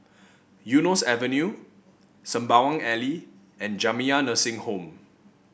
Eunos Avenue Sembawang Alley and Jamiyah Nursing Home